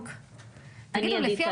נייד זה